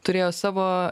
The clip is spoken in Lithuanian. turėjo savo